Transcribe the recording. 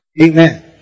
Amen